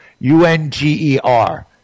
U-N-G-E-R